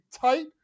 tight